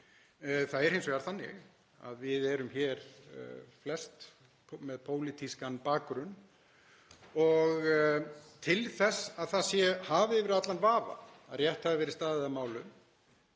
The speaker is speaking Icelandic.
Það er hins vegar þannig að við erum hér flest með pólitískan bakgrunn og til þess að það sé hafið yfir allan vafa að rétt hafi verið staðið að málum